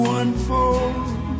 unfold